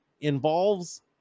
involves